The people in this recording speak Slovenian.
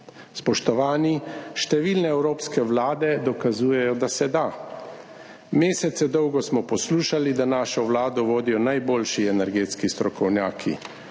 Spoštovani, številne evropske vlade dokazujejo, da se da. Mesece dolgo smo poslušali, da našo Vlado vodijo najboljši energetski strokovnjaki,